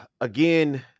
again